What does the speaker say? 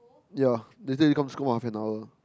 ya that time you came to school for half an hour